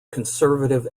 conservative